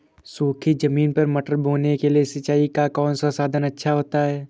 सूखी ज़मीन पर मटर बोने के लिए सिंचाई का कौन सा साधन अच्छा होता है?